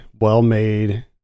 well-made